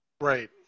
Right